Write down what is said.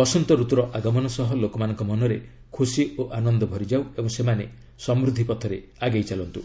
ବସନ୍ତ ରତୁର ଆଗମନ ସହ ଲୋକମାନଙ୍କ ମନରେ ଖୁସି ଓ ଆନନ୍ଦ ଭରିଯାଉ ଏବଂ ସେମାନେ ସମୃଦ୍ଧି ପଥରେ ଆଗେଇ ଚାଲନ୍ତୁ